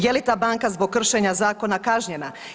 Je li ta banka zbog kršenja zakona kažnjena?